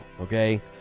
okay